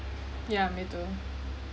ya me too